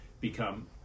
become